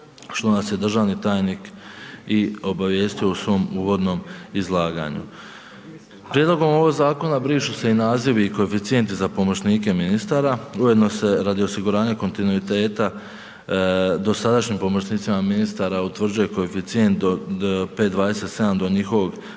što nas je državni tajnik i obavijestio u svom uvodnom izlaganju. Prijedlogom ovog zakona, brišu se i nazivi i koeficijenti za pomoćnike ministara, ujedano se radi osiguranja kontinuiteta dosadašnjih pomoćnicima ministara, utvrđuje koeficijent od 5,27 do njihovog